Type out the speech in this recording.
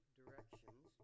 directions